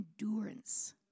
endurance